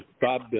Bob